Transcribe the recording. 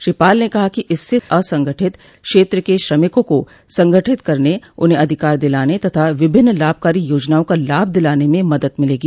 श्री पाल ने कहा कि इससे असंगठित क्षेत्र के श्रमिकों को संगठित करने उन्हें अधिकार दिलाने तथा विभिन्न लाभकारी योजनाओं का लाभ दिलाने में मदद मिलेगी